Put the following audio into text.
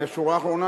השורה האחרונה,